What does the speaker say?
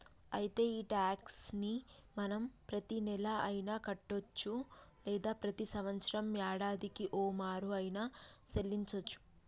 అయితే ఈ టాక్స్ ని మనం ప్రతీనెల అయిన కట్టొచ్చు లేదా ప్రతి సంవత్సరం యాడాదికి ఓమారు ఆయిన సెల్లించోచ్చు